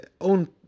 own